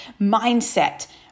mindset